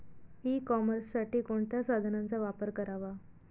E कॉमर्ससाठी कोणत्या साधनांचा वापर करावा?